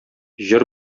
җыр